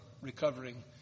recovering